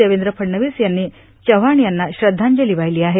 देवेंद्र फडणवीस यांनी चव्हाण यांना श्रद्धांजली वाहिली आहे